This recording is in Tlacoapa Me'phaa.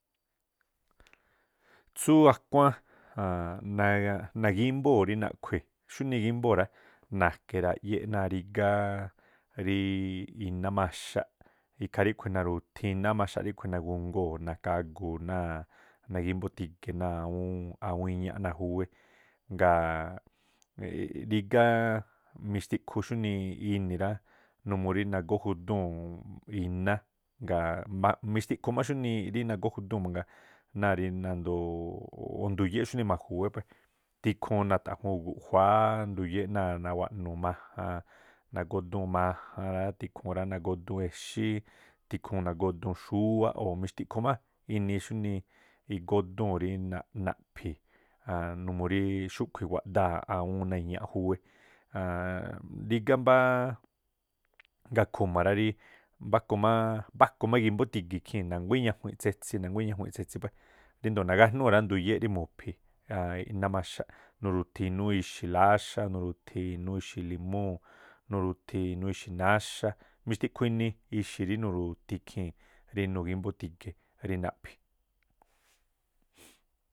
Tsú a̱khuáán nagímbóo̱ rí naꞌkhui̱, xunii igímbóo̱ rá, na̱ke̱ rayéꞌ náa̱ rigá iná maxaꞌ, ikhaa riꞌkhui̱ naru̱thii̱n iná maxaꞌ ríꞌkhui̱ nagu̱ngoo̱ na̱kagu̱u̱ náa̱ nagímbo̱ti̱ge̱ náa̱ awúún iñáꞌ náa̱ júwe. Ngaa̱ rígáá mixtiꞌkhu xúnii ini̱ rá numuu rí nagó judúu̱n iná, ngaa mixtiꞌkhu má xúnii rí nagó judúu̱n mangaa náa̱ rí nando̱o̱ꞌ o̱ nuyé xuní maju̱wé puée̱. Tikhuu nata̱ꞌju̱u guꞌjuáá nduyéꞌ náa̱ nawaꞌnu majan, nagódúu̱n majan tikhuun rá, nagódúu̱n exí, tikhuun nagódúún xúwáꞌ o̱ mixtiꞌkhu má inii xunii nagódúu̱n rí naꞌnaꞌphi̱, numuu rí xúꞌkhu̱ wáꞌdáa̱ awúún iñáꞌ náa júwé rigá mbáá ngakhu̱ma̱ ra rí mbáku má igímbo̱tige̱ ikhii̱n na̱nguá i̱ñajuinꞌ tsetsi, na̱nguá i̱ñajuinꞌ tsetsi puée̱. Ríndoo̱ nagájnúu̱ rá nduyé rí mu̱phi̱ iná maxaꞌ, nuruthi inúú ixi̱ láxá, nuruthi inúú ixi̱ limúu̱|, nuruthi inúú ixi̱, mixtiꞌkhuu ini ixi̱ rí nuru̱thii̱n ikhii̱n de nugímbo̱ ti̱ge̱ rí naꞌphi.